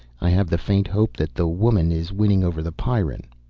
i have the faint hope that the woman is winning over the pyrran.